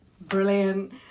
Brilliant